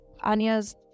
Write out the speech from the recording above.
Anya's